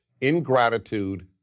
ingratitude